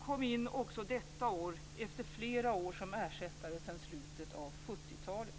kom också in detta år efter flera år som ersättare sedan slutet av 70-talet.